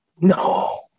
No